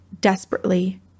desperately